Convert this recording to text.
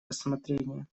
рассмотрения